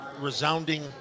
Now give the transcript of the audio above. resounding